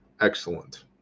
excellent